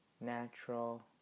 natural